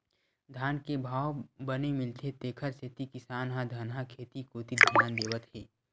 धान के भाव बने मिलथे तेखर सेती किसान ह धनहा खेत कोती धियान देवत हे